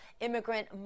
immigrant